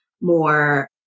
more